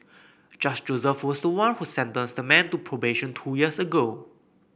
Judge Joseph was the one who sentenced the man to probation two years ago